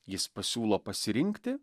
jis pasiūlo pasirinkti